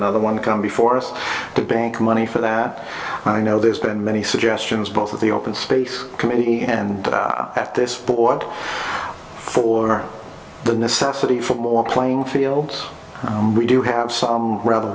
another one come before us to bank money for that and i know there's been many suggestions both at the open space community and at this board for the necessity for more playing fields and we do have some rather